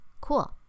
cool